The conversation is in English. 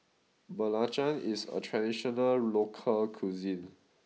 Belacan is a traditional local cuisine